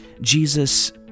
Jesus